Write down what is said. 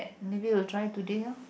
maybe will try today loh